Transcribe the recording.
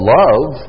love